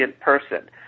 person